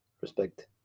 respect